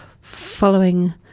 following